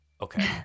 Okay